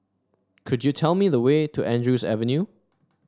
could you tell me the way to Andrews Avenue